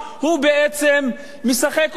הוא בעצם משחק אותה.